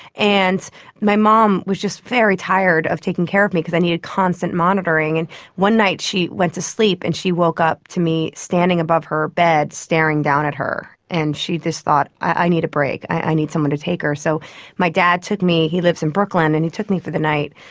and my mom was just very tired of taking care of me because i needed constant monitoring. and one night she went to sleep and she woke up to me standing above her bed staring down at her, and she just thought, i need a break, i need someone to take her. so my dad took me, he lives in brooklyn, and he took me for the night.